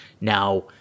Now